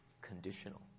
conditional